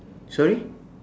sorry